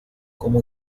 como